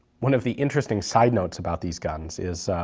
one of the interesting side notes about these guns is,